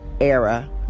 era